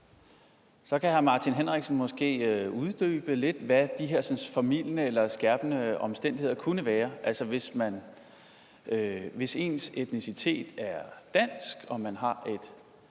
Så kan hr. Martin Henriksen måske uddybe lidt, hvad de her formildende og skærpende omstændigheder kunne være. Tag en, hvis etnicitet er dansk, og som har et